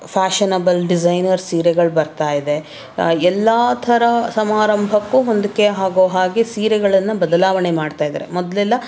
fashionable designer ಸೀರೆಗಳು ಬರ್ತಾ ಇದೆ ಎಲ್ಲ ಥರ ಸಮಾರಂಭಕ್ಕೂ ಹೊಂದಿಕೆ ಆಗೋ ಹಾಗೆ ಸೀರೆಗಳನ್ನು ಬದಲಾವಣೆ ಮಾಡ್ತಾ ಇದ್ದಾರೆ ಮೊದಲೆಲ್ಲ